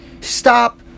Stop